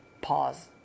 pause